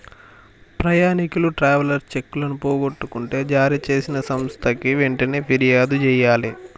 ప్రయాణీకులు ట్రావెలర్స్ చెక్కులను పోగొట్టుకుంటే జారీచేసిన సంస్థకి వెంటనే పిర్యాదు జెయ్యాలే